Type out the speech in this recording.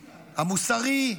המוסרי,